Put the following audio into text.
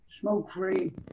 smoke-free